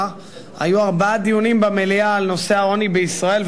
היו ארבעה דיונים במליאה על נושא העוני בישראל,